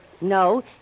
No